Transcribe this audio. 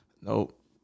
Nope